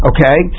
Okay